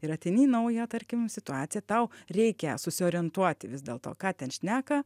ir ateini į naują tarkim situaciją tau reikia susiorientuoti vis dėlto ką ten šneka